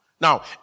Now